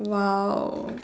!wow!